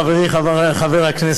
חברי חבר הכנסת,